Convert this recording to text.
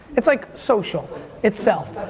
it's like social itself.